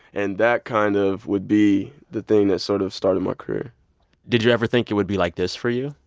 and that kind of would be the thing that sort of started my career did you ever think it would be like this for you?